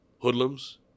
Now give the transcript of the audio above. hoodlums